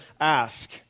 ask